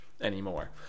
anymore